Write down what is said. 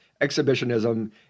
exhibitionism